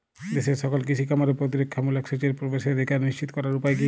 দেশের সকল কৃষি খামারে প্রতিরক্ষামূলক সেচের প্রবেশাধিকার নিশ্চিত করার উপায় কি?